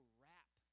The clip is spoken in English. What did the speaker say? wrap